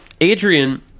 Adrian